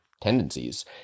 tendencies